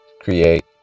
create